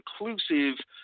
inclusive